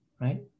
right